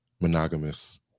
monogamous